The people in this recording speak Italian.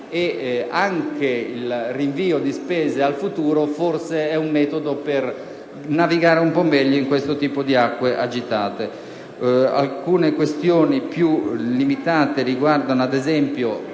e anche il rinvio di spese al futuro forse è un metodo per navigare un po' meglio in queste acque agitate. Alcune questioni più limitate riguardano ad esempio